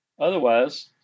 otherwise